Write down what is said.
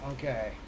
okay